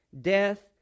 death